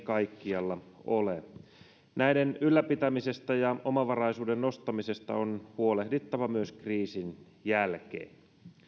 kaikkialla ole näiden ylläpitämisestä ja omavaraisuuden nostamisesta on huolehdittava myös kriisin jälkeen